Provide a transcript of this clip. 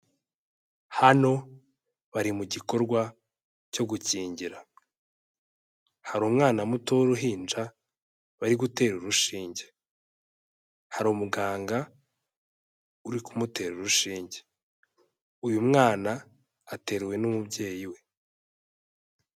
Hano bari mu gikorwa cyo gukingira. Hari umwana muto w'uruhinja, bari gutera urushinge. Hari umuganga uri kumutera urushinge. Uyu mwana ateruwe n'umubyeyi we.